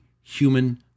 human